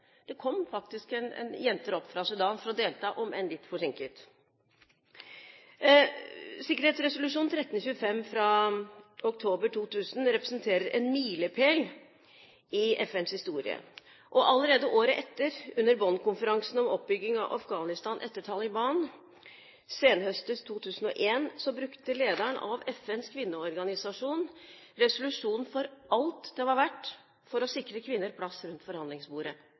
Det kom faktisk jenter opp fra Sudan for å delta, om enn litt forsinket. Sikkerhetsresolusjon 1325 fra oktober 2000 representerer en milepæl i FNs historie. Allerede året etter, under Bonn-konferansen om oppbygging av Afghanistan etter Taliban senhøstes 2001, brukte lederen av FNs kvinneorganisasjon resolusjonen for alt den var verd for å sikre kvinner plass rundt forhandlingsbordet.